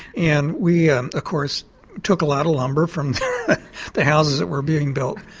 and we um of course took a lot of lumber from the houses that were being built.